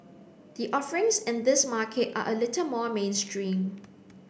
the offerings in this market are a little more mainstream